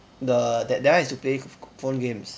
the that that one is to play phone games